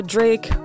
Drake